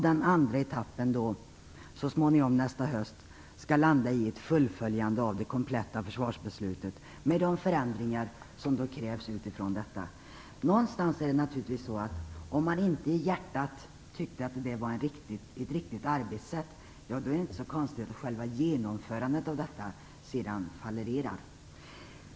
Den andra etappen skall så småningom nästa höst landa i ett fullföljande av det kompletta försvarsbeslutet med de förändringar som krävs utifrån detta. Det är naturligtvis så att om man inte i hjärtat ansåg att detta var ett riktigt arbetssätt, då är det inte så konstigt att själva genomförandet sedan fallererar.